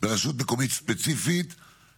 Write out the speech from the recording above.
אתה רוצה להיות אופורטוניסט, תהיה.